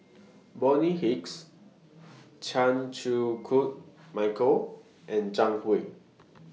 Bonny Hicks Chan Chew Koon Michael and Zhang Hui